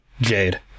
Jade